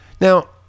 Now